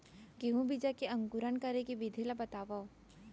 गेहूँ बीजा के अंकुरण करे के विधि बतावव?